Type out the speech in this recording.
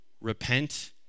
Repent